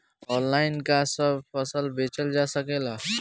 Online का सब फसल बेचल जा सकेला?